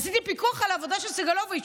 עשיתי פיקוח על העבודה של סגלוביץ'.